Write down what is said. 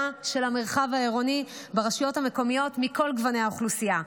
של המרחב העירוני ברשויות המקומיות מכל גוני האוכלוסייה,